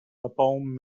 upon